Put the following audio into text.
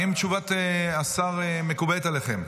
האם תשובת השר מקובלת עליכם?